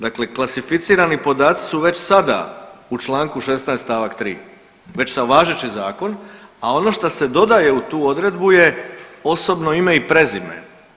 Dakle, klasificirani podaci su već sada u čl. 16. st. 3. već sa važeći zakon, a ono što se dodaje u tu odredbu je osobno ime i prezime.